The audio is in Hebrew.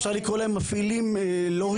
אפשר לקרוא להם מפעילים לא רשמיים של המדינה.